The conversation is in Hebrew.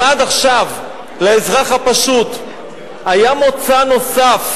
אם עד עכשיו לאזרח הפשוט היה מוצא נוסף,